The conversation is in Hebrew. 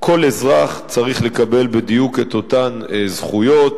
כל אזרח צריך לקבל בדיוק את אותן זכויות